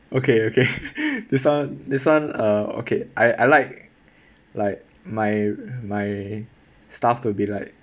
okay okay this one this one uh okay I I like like my my stuff to be like